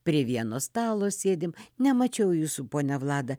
prie vieno stalo sėdim nemačiau jūsų ponia vlada